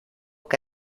que